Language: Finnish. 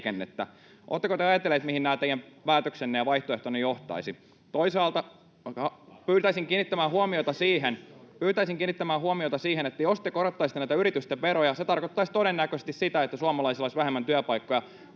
Oletteko te ajatelleet, mihin nämä teidän päätöksenne ja vaihtoehtonne johtaisivat? Toisaalta pyytäisin kiinnittämään huomiota siihen, että jos te korottaisitte näitä yritysten veroja, se tarkoittaisi todennäköisesti sitä, että suomalaisilla olisi vähemmän työpaikkoja.